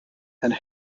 and